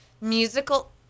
musical